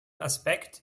aspekt